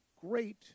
great